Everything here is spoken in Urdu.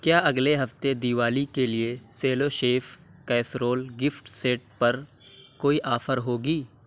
کیا اگلے ہفتے دیوالی کے لیے Cello chef casserole gift set پر کوئی آفر ہوگی